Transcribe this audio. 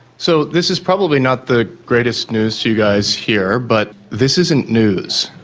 so this is probably not the greatest news to you guys here, but this isn't news.